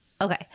Okay